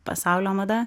pasaulio mada